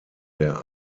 der